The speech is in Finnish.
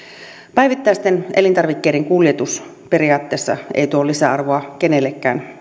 päivittäisten elintarvikkeiden kuljetus periaatteessa ei tuo lisäarvoa kenellekään